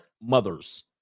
mothers